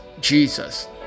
jesus